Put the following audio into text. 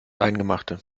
eingemachte